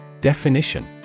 Definition